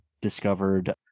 discovered